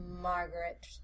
Margaret